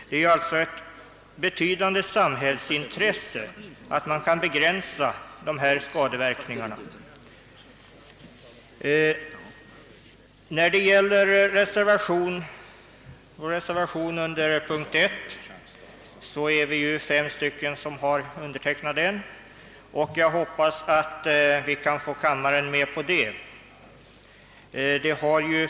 Det är alltså ett betydande samhällsintresse att man kan begränsa dessa skadeverkningar. Vi är fem stycken som undertecknat reservation I, och jag hoppas att vi kan få kammaren med på den.